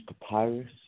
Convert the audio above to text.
papyrus